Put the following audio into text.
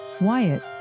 Wyatt